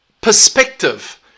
perspective